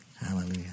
Hallelujah